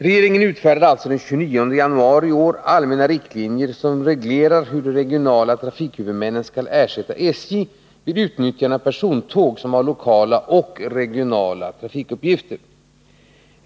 Regeringen utfärdade alltså den 29 januari 1981 allmänna riktlinjer som reglerar hur de regionala trafikhuvudmännen skall ersätta SJ vid utnyttjande av persontåg som har lokala och regionala trafikuppgifter.